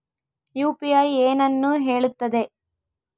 UPI ಏನನ್ನು ಹೇಳುತ್ತದೆ?